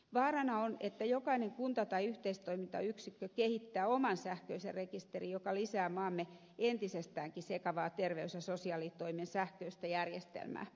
vaarana on että jokainen kunta tai yhteistoimintayksikkö kehittää oman sähköisen rekisterin joka lisää maamme entisestäänkin sekavaa terveys ja sosiaalitoimen sähköistä järjestelmää